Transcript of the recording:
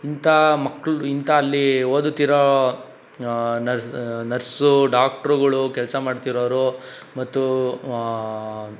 ಇಂಥ ಮಕ್ಕಳು ಇಂತಲ್ಲಿ ಓದುತ್ತಿರೋ ನರ್ಸು ಡಾಕ್ಟ್ರುಗಳು ಕೆಲಸ ಮಾಡ್ತಿರೋರು ಮತ್ತು